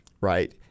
Right